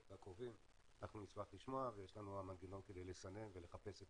הקרובים אנחנו נשמח לשמוע ויש לנו את המנגנון כדי לסנן ולחפש את